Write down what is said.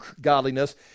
godliness